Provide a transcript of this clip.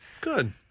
Good